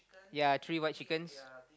yea three white chickens